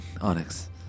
Onyx